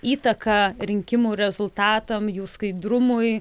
įtaką rinkimų rezultatam jų skaidrumui